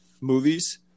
movies